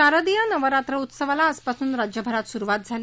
शारदीय नवरात्र उत्सवाला आजपासून राज्यभरात सुरुवात झाली